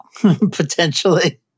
potentially